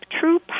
true